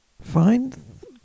Find